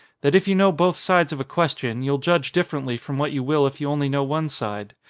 that if you know both sides of a question you'll judge differently from what you will if you only know one side.